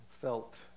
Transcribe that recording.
felt